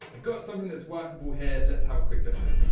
got something that's workable here. let's have a quick listen.